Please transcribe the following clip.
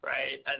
right